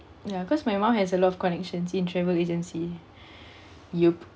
ya because my mom has a lot of connections in travel agency yup